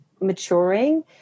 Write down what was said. maturing